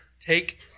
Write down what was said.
Take